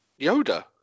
Yoda